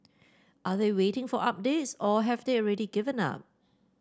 are they waiting for updates or have they already given up